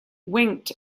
winked